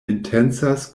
intencas